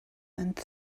and